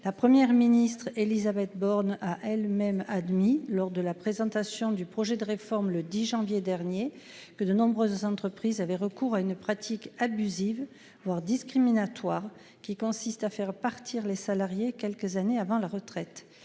La Première ministre Élisabeth Borne a elle-même admis lors de la présentation du projet de réforme. Le 10 janvier dernier que de nombreuses entreprises avaient recours à une pratique abusive voire discriminatoires qui consiste à faire partir les salariés quelques années avant la retraite.